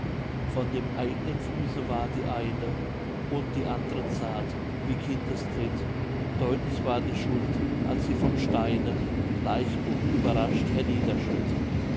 von dem eig'nen fuße war die eine und die and're zart wie kindestritt deutlich war die schuld als sie vom steine bleich und überrascht